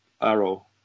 Arrow